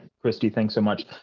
christy thank so much.